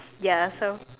ya so